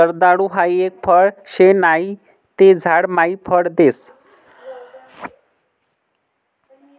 जर्दाळु हाई एक फळ शे नहि ते झाड मायी फळ देस